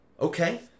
Okay